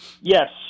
Yes